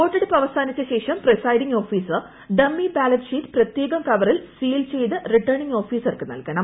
വോട്ടെടുപ്പ് അവസാനിച്ച ശേഷം presiding officer dummy ballot sheet പ്രത്യേകം കവറിൽ സീൽ ചെയ്ത്ത് റിട്ടേണിംഗ് ഓഫീസർക്ക് നൽകണം